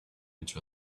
each